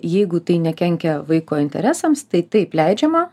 jeigu tai nekenkia vaiko interesams tai taip leidžiama